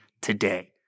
today